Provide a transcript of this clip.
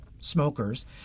smokers